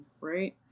right